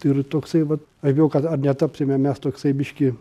ir toksai vat aš bijau kad ar netapsime mes toksai biškį